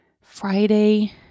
Friday